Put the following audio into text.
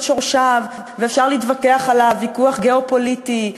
שורשיו ואפשר להתווכח עליו ויכוח גיאו-פוליטי,